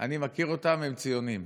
אני מכיר אותם, הם ציונים.